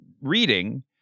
reading